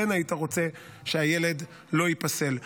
כן היית רוצה שהילד לא ייפסל.